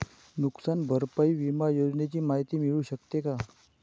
नुकसान भरपाई विमा योजनेची माहिती मिळू शकते का?